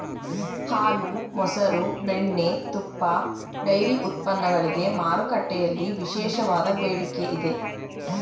ಹಾಲು, ಮಸರು, ಬೆಣ್ಣೆ, ತುಪ್ಪ, ಡೈರಿ ಉತ್ಪನ್ನಗಳಿಗೆ ಮಾರುಕಟ್ಟೆಯಲ್ಲಿ ವಿಶೇಷವಾದ ಬೇಡಿಕೆ ಇದೆ